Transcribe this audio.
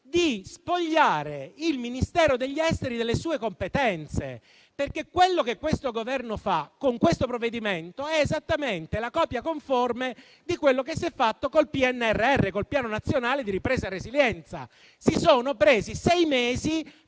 di spogliare il Ministero degli affari esteri delle sue competenze. Quello che questo Governo fa con il provvedimento è esattamente la copia conforme di quanto si è fatto con il Piano nazionale di ripresa e resilienza. Si sono presi sei mesi